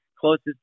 closest